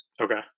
Okay